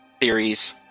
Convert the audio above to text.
theories